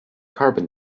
carbon